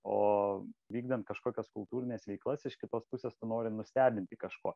o vykdant kažkokias kultūrines veiklas iš kitos pusės tu nori nustebinti kažkuo